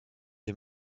des